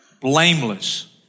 blameless